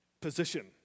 position